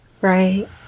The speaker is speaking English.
Right